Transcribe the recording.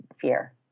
fear